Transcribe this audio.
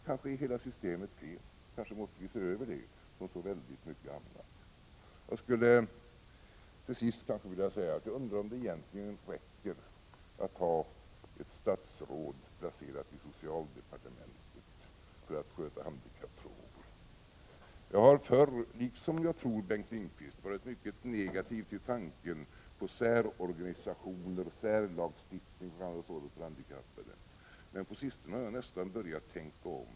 Kanske är hela systemet fel, kanske måste vi se över det, som så mycket annat. Jag skulle till sist vilja säga att jag undrar om det egentligen räcker att ha ett statsråd placerat i socialdepartementet för att sköta handikappfrågor. Jag har förr varit mycket negativ — det tror jag också Bengt Lindqvist har varit — till tanken på särorganisationer, särlagstiftning och annat sådant för handikappade. Men på sistone har jag börjat tänka om.